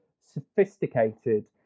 sophisticated